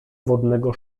wodnego